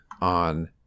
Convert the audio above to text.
on